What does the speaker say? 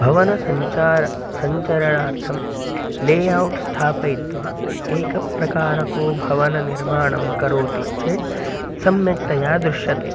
भवनसञ्चारः सञ्चरणार्थं layout स्थापयित्वा एकप्रकारको भवननिर्माणं करोति चेत् सम्यक्तया दृश्यते